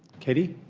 katie?